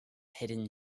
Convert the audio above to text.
hidden